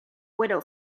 widow